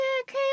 okay